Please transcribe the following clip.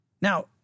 Now